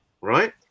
right